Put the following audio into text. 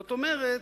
זאת אומרת,